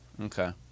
Okay